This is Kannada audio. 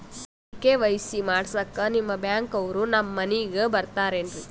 ಈ ಕೆ.ವೈ.ಸಿ ಮಾಡಸಕ್ಕ ನಿಮ ಬ್ಯಾಂಕ ಅವ್ರು ನಮ್ ಮನಿಗ ಬರತಾರೆನ್ರಿ?